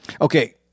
Okay